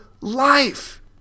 life